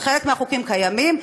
אז חלק מהחוקים קיימים.